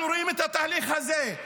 אנחנו רואים את התהליך הזה.